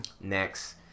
Next